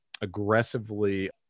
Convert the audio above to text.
aggressively